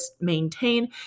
maintain